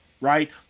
right